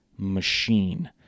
machine